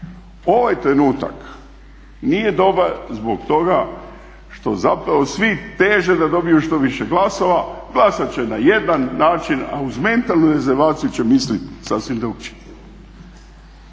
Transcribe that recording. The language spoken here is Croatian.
ovaj trenutak nije dobar zbog toga što zapravo svi teže da dobiju što više glasova, glasati će na jedan način a uz mentalnu rezervaciju će misliti sasvim drukčije.